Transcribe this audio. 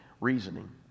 Reasoning